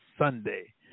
Sunday